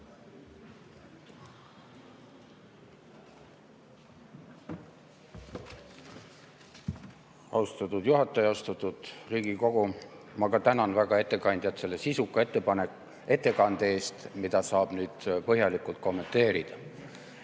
Austatud juhataja! Austatud Riigikogu! Ma ka tänan väga ettekandjat selle sisuka ettekande eest, mida saab nüüd põhjalikult kommenteerida.